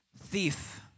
thief